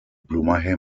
plumaje